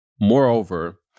Moreover